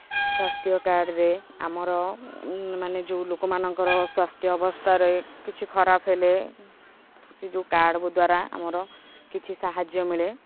ସ୍ୱାସ୍ଥ୍ୟ କାର୍ଡ଼ରେ ଆମର ମାନେ ଯେଉଁ ଲୋକମାନଙ୍କର ସ୍ୱାସ୍ଥ୍ୟ ଅବସ୍ଥାରେ କିଛି ଖରାପ ହେଲେ ସେ ଯେଉଁ କାର୍ଡ଼ ଦ୍ୱାରା ଆମର କିଛି ସାହାଯ୍ୟ ମିଳେ